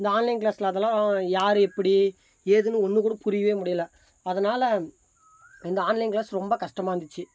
இந்த ஆன்லைன் கிளாஸ்சில் அதெலாம் யார் எப்படி ஏதுன்னு ஒன்று கூட புரியவே முடியல அதனால் இந்த ஆன்லைன் கிளாஸ் ரொம்ப கஷ்டமாக இருந்துச்சு